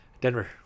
Denver